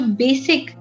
basic